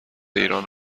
ایران